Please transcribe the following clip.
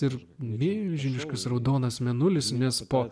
ir dvi milžiniškas raudonas mėnulis nes po